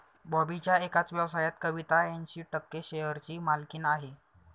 बॉबीच्या एकाच व्यवसायात कविता ऐंशी टक्के शेअरची मालकीण आहे